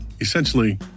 essentially